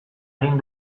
egin